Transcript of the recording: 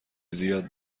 زیاد